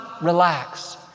relax